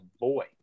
boy